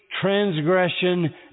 transgression